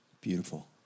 Beautiful